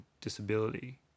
disability